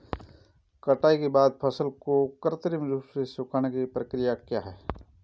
कटाई के बाद फसल को कृत्रिम रूप से सुखाने की क्रिया क्या है?